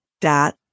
dot